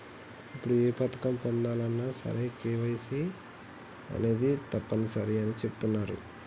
ఇప్పుడు ఏ పథకం పొందాలన్నా సరే కేవైసీ అనేది తప్పనిసరి అని చెబుతున్నరు